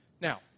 Now